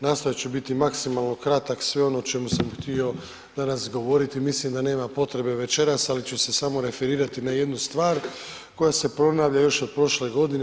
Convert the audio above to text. Nastojat ću biti maksimalno kratak, sve ono o čemu sam htio danas govoriti mislim da nema potrebe večeras, ali ću se samo referirati na jednu stvar koja se ponavlja još od prošle godine.